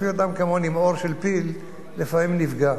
אפילו אדם כמוני עם עור של פיל לפעמים נפגע.